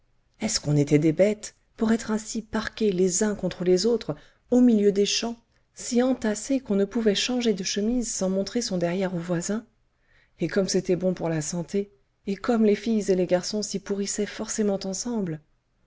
est-ce qu'on était des bêtes pour être ainsi parqués les uns contre les autres au milieu des champs si entassés qu'on ne pouvait changer de chemise sans montrer son derrière aux voisins et comme c'était bon pour la santé et comme les filles et les garçons s'y pourrissaient forcément ensemble